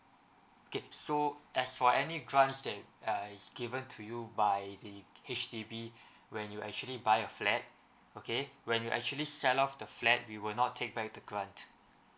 okay so as for any grant that is err given to you by the H_D_B when you actually buy a flat okay when you actually sell of the flat we were not take back the grant